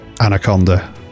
anaconda